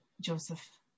Joseph